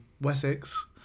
Wessex